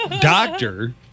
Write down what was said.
doctor